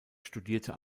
studierte